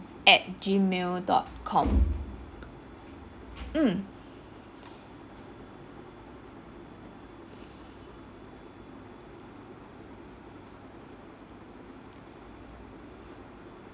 at Gmail dot com mm